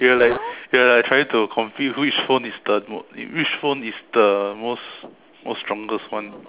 we were like we were like trying to compete which phone is the most which phone is the the most most strongest one